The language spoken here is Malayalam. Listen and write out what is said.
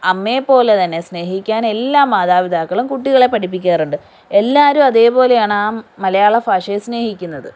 അമ്മയെപ്പോലെ തന്നെ സ്നേഹിക്കാൻ എല്ലാ മാതാപിതാക്കളും കുട്ടികളെ പഠിപ്പിക്കാറുണ്ട് എല്ലാവരും അതേപോലെയാണ് ആ മലയാളഭാഷയെ സ്നേഹിക്കുന്നത്